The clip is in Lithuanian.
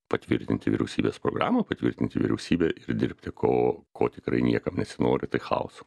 patvirtinti vyriausybės programą patvirtinti vyriausybę ir dirbti ko ko tikrai niekam nesinori tai chaoso